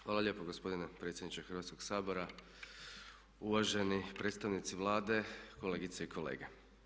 Hvala lijepo gospodine predsjedniče Hrvatskog sabora, uvaženi predstavnici Vlade, kolegice i kolege.